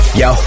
yo